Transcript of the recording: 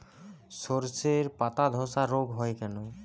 শর্ষের পাতাধসা রোগ হয় কেন?